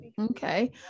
Okay